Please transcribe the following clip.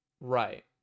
Right